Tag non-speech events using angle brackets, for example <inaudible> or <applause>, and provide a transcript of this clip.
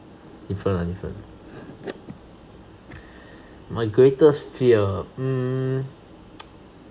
different lah different my greatest fear hmm <noise>